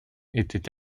était